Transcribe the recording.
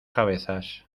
cabezas